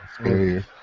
scary